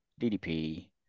DDP